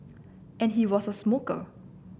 and he was a smoker